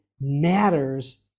matters